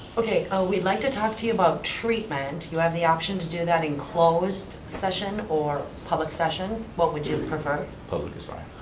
okay, we'd like to talk to you about treatment. you have the option to do that in closed session or public session. what would you prefer? public is fine.